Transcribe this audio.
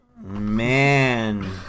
man